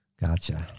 gotcha